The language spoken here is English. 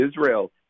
Israel